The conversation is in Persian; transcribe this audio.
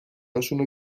هاشونو